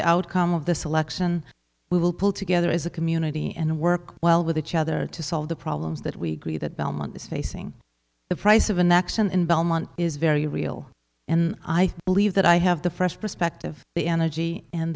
the outcome of the selection we will pull together as a community and work well with each other to solve the problems that we grieve that belmont is facing the price of inaction in belmont is very real and i believe that i have the fresh perspective the energy and